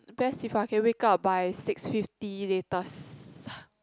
best if I can wake up by six fifty latest